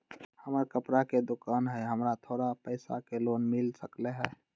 हमर कपड़ा के दुकान है हमरा थोड़ा पैसा के लोन मिल सकलई ह?